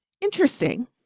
interesting